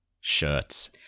shirts